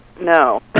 no